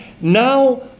now